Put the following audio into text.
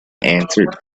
answered